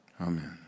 Amen